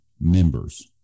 members